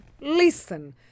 Listen